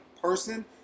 person